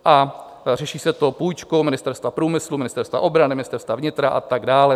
A řeší se to půjčkou Ministerstva průmyslu, Ministerstva obrany, Ministerstva vnitra a tak dále.